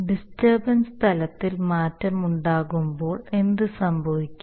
disturbance തലത്തിൽ മാറ്റമുണ്ടാകുമ്പോൾ എന്തുസംഭവിക്കും